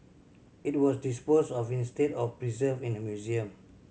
it was disposed of instead of preserved in a museum